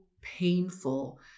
painful